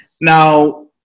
Now